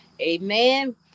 Amen